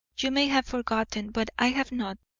you may have forgotten, but i have not,